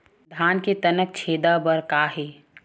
धान के तनक छेदा बर का हे?